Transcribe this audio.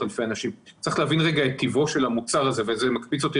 אלפי אנשים צריך להבין את טיבו של המוצר הזה וזה מקפיץ אותי